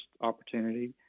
opportunity